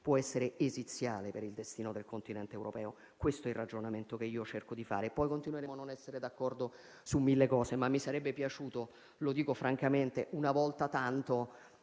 può essere esiziale per il destino del continente europeo. Questo è il ragionamento che cerco di fare. Poi continueremo a non essere d'accordo su mille cose, ma mi sarebbe piaciuto - lo dico francamente - una volta tanto